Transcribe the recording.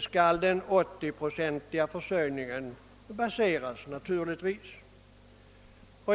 skall den 80-procentiga försörjningen baseras.